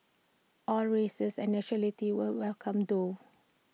all races and nationalities were welcome though